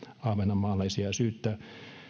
ahvenanmaalaisia syyttää